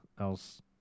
else